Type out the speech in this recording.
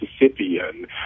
Mississippian